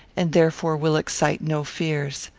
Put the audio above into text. and therefore will excite no fears.